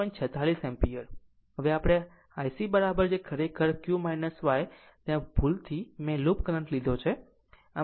46 ampere અને હવે IC ખરેખર q y ત્યાં ભૂલથી મેં લૂપ કરંટ લીધો